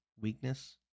weakness